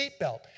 seatbelt